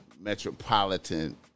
metropolitan